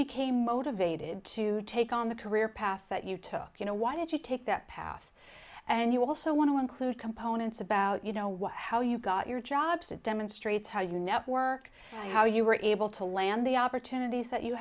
became motivated to take on the career path that you took you know why did you take that path and you also want to include components about you know what how you got your jobs it demonstrates how you network how you were able to land the opportunities that you